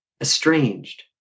estranged